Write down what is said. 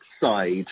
side